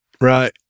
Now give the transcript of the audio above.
right